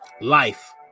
Life